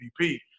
MVP